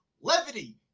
levity